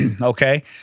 Okay